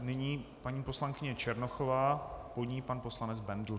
Nyní paní poslankyně Černochová, po ní pan poslanec Bendl.